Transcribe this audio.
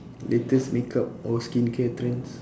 latest makeup or skincare trends